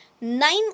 nine